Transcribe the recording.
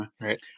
Right